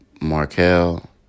Markel